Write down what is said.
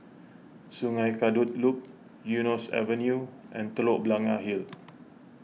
Sungei Kadut Loop Eunos Avenue and Telok Blangah Hill